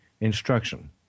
instruction